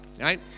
Right